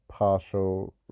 partial